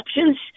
options